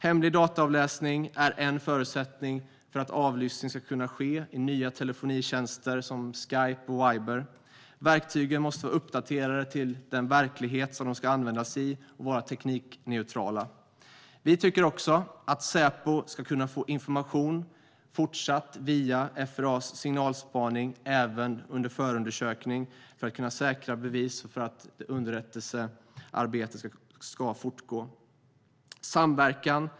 Hemlig dataavläsning är en förutsättning för att avlyssning ska kunna ske i nya telefonitjänster som Skype och Viber. Verktygen måste vara uppdaterade till den verklighet de ska användas i och vara teknikneutrala. Vi tycker också att Säpo även i fortsättningen ska få information via FRA:s signalspaning också under förundersökning för att kunna säkra bevis så att underrättelsearbetet kan fortgå. Fru talman!